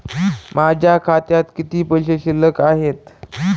माझ्या खात्यात किती पैसे शिल्लक आहेत?